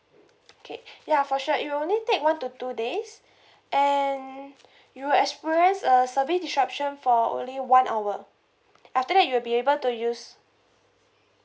okay ya for sure it will only take one to two days and you will experience a service disruption for only one hour after that you'll be able to use